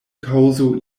kaŭzo